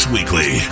Weekly